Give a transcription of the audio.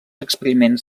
experiments